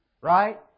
Right